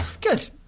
Good